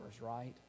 right